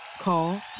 Call